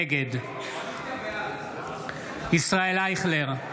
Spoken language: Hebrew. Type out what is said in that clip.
נגד ישראל אייכלר,